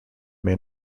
may